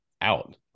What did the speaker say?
out